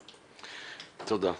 תודה.